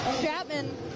Chapman